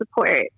support